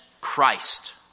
Christ